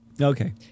Okay